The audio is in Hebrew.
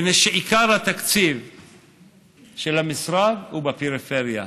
מפני שעיקר התקציב של המשרד הוא בפריפריה,